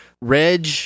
Reg